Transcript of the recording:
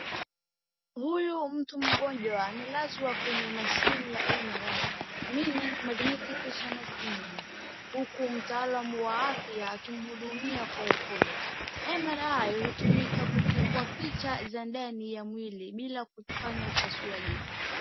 Huyu mtu mgonjwa amelazwa kwenye mashini ya MRI meaning magentic resonance imaging huku mtaalam wa afya akimhudumia kwa upole. MRI hutumika kuchukua picha za ndani ya mwili bila kufanya upasuaji.